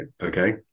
okay